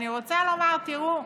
אני רוצה לומר, תראו,